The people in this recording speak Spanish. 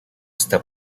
está